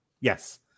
Yes